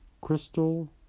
Crystal